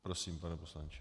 Prosím, pane poslanče.